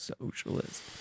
Socialist